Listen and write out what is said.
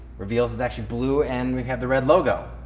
reveals is actually blue and we have the red logo.